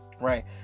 Right